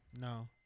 No